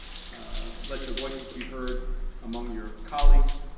ah let your voices be heard among your colleagues,